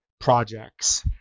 projects